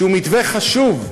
שהוא מתווה חשוב.